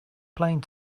plane